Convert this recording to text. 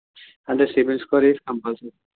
అంటే CIBIL score is compulsory